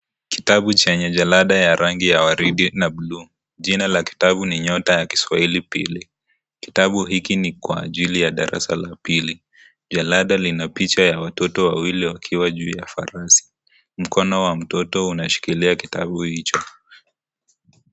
Kitabu chenye jaladaya rangi ya waridi na bluu. Jina la kitabu ni nyota ya kiswahili pili. Kitabu hiki ni kwa ajili ya darasa la pili. Jalada lina picha ya watoto wawili wakiwa juu ya farasi. Mkono wa mtoto unashikilia kitabu hicho.